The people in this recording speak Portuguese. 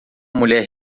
mulher